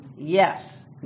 yes